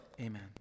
Amen